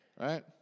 Right